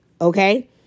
Okay